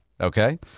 Okay